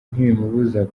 ntibimubuza